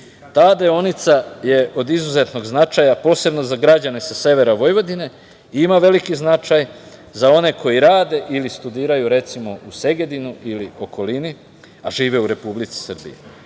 Ta deonica je od izuzetnog značaja, posebno za građane sa severa Vojvodine i ima veliki značaj za one koji rade ili studiraju, recimo, u Segedinu ili okolini, a žive u Republici Srbiji. Ova